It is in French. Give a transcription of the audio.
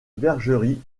bergerie